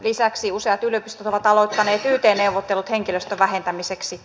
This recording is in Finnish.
lisäksi useat yliopistot ovat aloittaneet yt neuvottelut henkilöstön vähentämiseksi